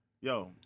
yo